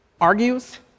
argues